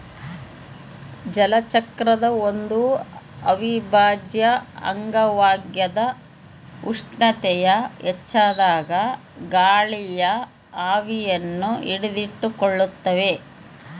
ಜಲಚಕ್ರದ ಒಂದು ಅವಿಭಾಜ್ಯ ಅಂಗವಾಗ್ಯದ ಉಷ್ಣತೆಯು ಹೆಚ್ಚಾದಾಗ ಗಾಳಿಯು ಆವಿಯನ್ನು ಹಿಡಿದಿಟ್ಟುಕೊಳ್ಳುತ್ತದ